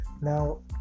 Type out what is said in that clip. Now